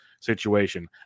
situation